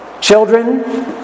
Children